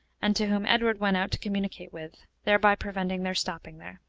and to whom edward went out to communicate with, thereby preventing their stopping there.